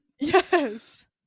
yes